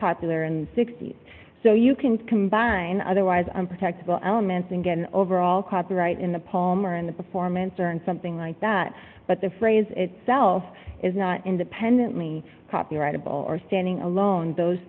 popular in sixty eight so you can combine otherwise unprotected all elements and get an overall copyright in the poem or in the performance or in something like that but the phrase itself is not independently copyrightable or standing alone those